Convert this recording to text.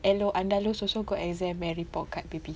I know Andalus also got exam and report card baby